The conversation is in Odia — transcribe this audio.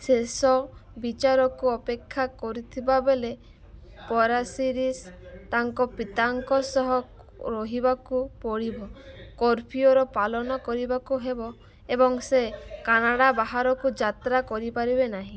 ଶେଷ ବିଚାରକୁ ଅପେକ୍ଷା କରୁଥିବା ବେଳେ ପରାସିରିସ୍ ତାଙ୍କ ପିତାଙ୍କ ସହ ରହିବାକୁ ପଡ଼ିବ କର୍ଫ୍ୟୁର ପାଳନ କରିବାକୁ ହେବ ଏବଂ ସେ କାନାଡ଼ା ବାହାରକୁ ଯାତ୍ରା କରିପାରିବେ ନାହିଁ